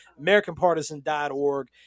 AmericanPartisan.org